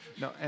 No